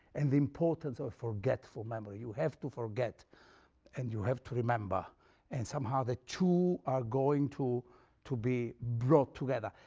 and the importance of forgetful memory, have to forget and you have to remember and somehow the two are going to to be brought together.